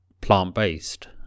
plant-based